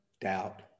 doubt